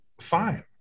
Fine